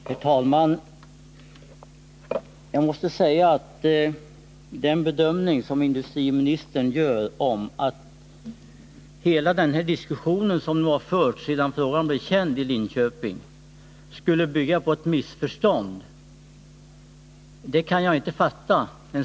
stadsföretag från Herr talman! Jag måste säga att den bedömning som industriministern gör, Östergötland till dvs. att hela den diskussion som förts sedan frågan blev känd i Linköping Blekinge skulle bygga på ett missförstånd, kan jag inte fatta.